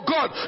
God